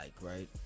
right